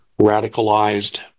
radicalized